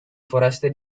foreste